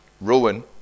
ruin